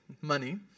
money